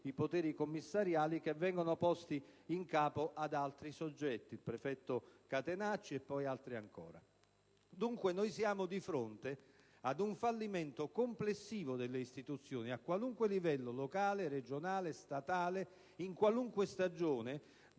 i poteri commissariali, che vengono posti in capo ad altri soggetti (il prefetto Catenacci e altri ancora). Dunque, siamo di fronte ad un fallimento complessivo delle istituzioni, a qualunque livello, locale, regionale e statale, in qualunque stagione